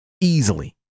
easily